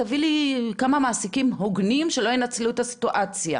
תביא לי כמה מעסיקים הוגנים שלא ינצלו את הסיטואציה.